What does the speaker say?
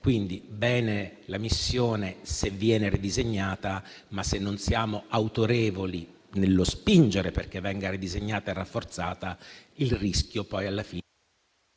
Quindi va bene la missione, se viene ridisegnata; tuttavia, se non saremo autorevoli nello spingere perché venga ridisegnata e rafforzata, il rischio alla fine